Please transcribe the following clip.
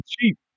cheap